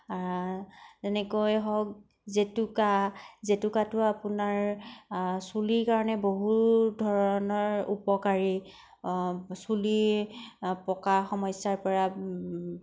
তেনেকৈ হওক জেতুকা জেতুকাটো আপোনাৰ চুলিৰ কাৰণে বহু ধৰণৰ উপকাৰী চুলি পকা সমস্যাত পৰা